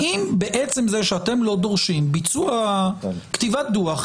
האם בעצם זה שאתם לא דורשים ביצוע כתיבת דוח,